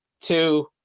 two